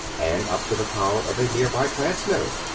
and up to the power of a nearby transmitter.